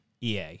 EA